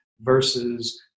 versus